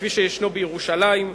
כפי שישנו בירושלים,